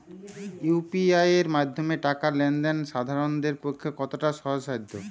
UPI এর মাধ্যমে টাকা লেন দেন সাধারনদের পক্ষে কতটা সহজসাধ্য?